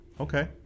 okay